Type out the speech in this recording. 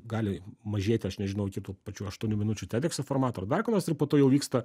gali mažėti aš nežinau iki tų pačių aštuonių minučių tedekso formato ar dar ko nors ir po to jau vyksta